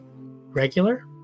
Regular